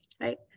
right